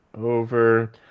over